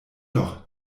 doch